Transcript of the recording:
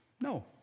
No